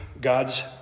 God's